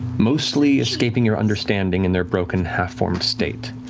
mostly escaping your understanding in their broken half-formed state.